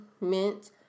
Mint